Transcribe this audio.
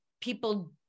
people